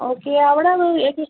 okay അവിടാണോ ചേച്ചി